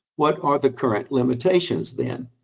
what are the current limitations then?